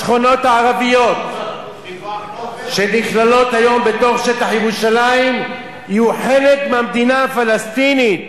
השכונות הערביות שנכללות היום בשטח ירושלים יהיו חלק מהמדינה הפלסטינית